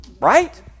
Right